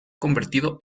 convertido